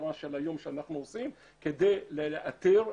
המטרו ששם אנחנו רוצים לעשות דיפואים שיבנו עליהם.